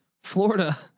Florida